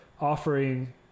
offering